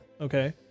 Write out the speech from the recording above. Okay